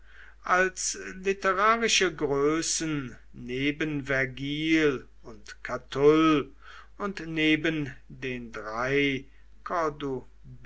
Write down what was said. als literarische größen neben vergil und catull und neben den drei